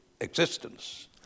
existence